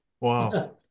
Wow